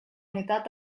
unitat